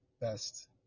best